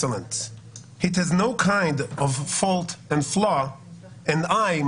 excellent It has no kind of fault and flaw And I,